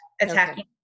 attacking